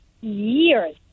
years